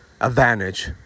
advantage